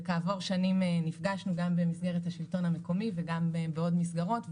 וכעבור שנים נפגשנו גם במסגרת השלטון המקומי וגם בעוד מסגרות,